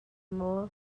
maw